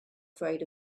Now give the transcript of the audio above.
afraid